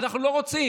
אנחנו לא רוצים.